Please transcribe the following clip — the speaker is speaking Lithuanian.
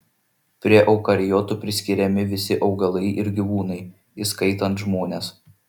prie eukariotų priskiriami visi augalai ir gyvūnai įskaitant žmones